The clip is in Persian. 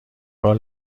بار